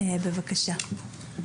בבקשה.